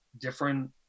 different